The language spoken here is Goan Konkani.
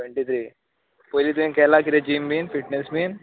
टूवेंटी थ्री पयली तुवें केला कितें जीम बीन फिटनेस बीन